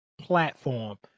platform